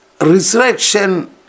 resurrection